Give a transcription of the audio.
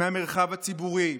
מהמרחב הציבורי,